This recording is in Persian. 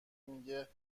میگه